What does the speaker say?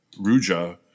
Ruja